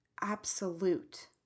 absolute